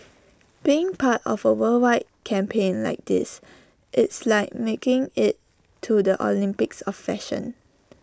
being part of A worldwide campaign like this it's like making IT to the Olympics of fashion